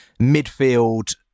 midfield